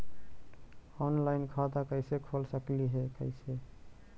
Online खाता कैसे खोल सकली हे कैसे?